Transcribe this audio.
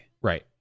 right